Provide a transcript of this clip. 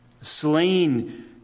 Slain